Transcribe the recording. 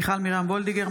מיכל וולדיגר,